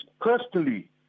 personally